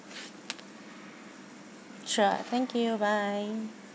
sure thank you bye